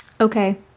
Okay